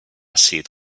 seed